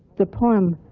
the poem